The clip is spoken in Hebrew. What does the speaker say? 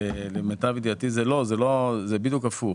למיטב ידיעתי זה בדיוק ההפך.